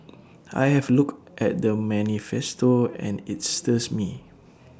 I have looked at the manifesto and IT stirs me